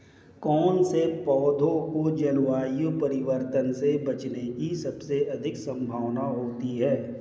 कौन से पौधे को जलवायु परिवर्तन से बचने की सबसे अधिक संभावना होती है?